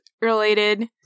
related